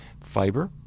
Fiber